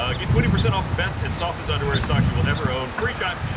ah get twenty percent off best and softest underwear and socks you will ever own free shot